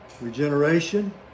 Regeneration